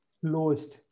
closed